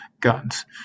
guns